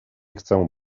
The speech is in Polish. chcę